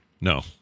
No